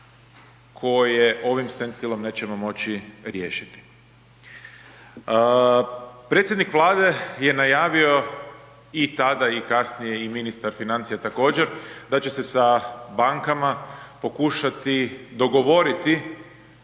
koje ovim stand stillom nećemo moći riješiti. Predsjednik Vlade je najavio i tada i kasnije i ministar financija također da će se sa bankama pokušati dogovoriti